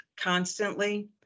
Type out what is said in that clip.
constantly